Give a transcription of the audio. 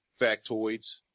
factoids